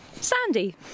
Sandy